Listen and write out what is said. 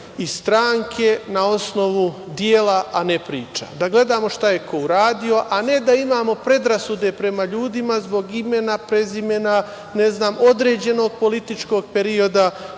i stranke na osnovu dela, a ne priča. Da gledamo ko je šta uradio, a ne da imamo predrasude prema ljudima zbog imena, prezimena, određenog političkog perioda